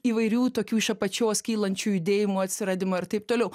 įvairių tokių iš apačios kylančių judėjimų atsiradimą ir taip toliau